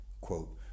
quote